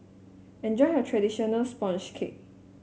enjoy your traditional sponge cake